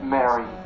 Mary